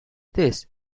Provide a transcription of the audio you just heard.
this